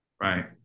right